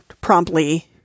promptly